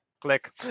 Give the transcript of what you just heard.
click